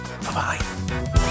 Bye-bye